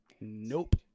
Nope